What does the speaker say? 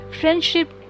friendship